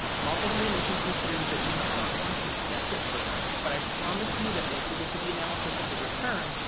i'm also going to be making some claims that you might not want to accept at first, but i promise you that once we get to the analysis of the return,